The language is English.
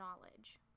knowledge